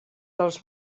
dels